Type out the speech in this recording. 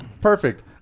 Perfect